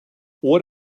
what